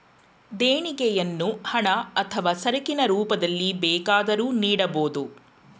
ದೇಣಿಗೆಯನ್ನು ಹಣ ಅಥವಾ ಸರಕಿನ ರೂಪದಲ್ಲಿ ಬೇಕಾದರೂ ನೀಡಬೋದು